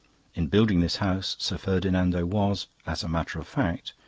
in building this house, sir ferdinando was, as a matter of fact,